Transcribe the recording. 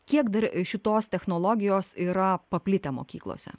kiek dar šitos technologijos yra paplitę mokyklose